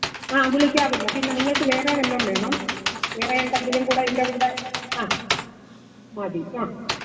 ആ വിളിക്കാമല്ലോ പിന്നെ നിങ്ങൾക്ക് വേറെ വല്ലതും വേണോ വേറെ എന്തെങ്കിലും കൂടിയിതിൻ്റെ കൂടെ ആ മതി ആ